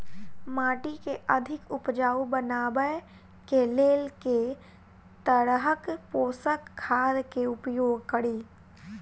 माटि केँ अधिक उपजाउ बनाबय केँ लेल केँ तरहक पोसक खाद केँ उपयोग करि?